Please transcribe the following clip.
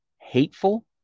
hateful